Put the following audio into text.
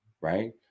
right